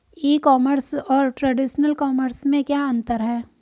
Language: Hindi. ई कॉमर्स और ट्रेडिशनल कॉमर्स में क्या अंतर है?